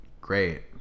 great